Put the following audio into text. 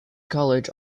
college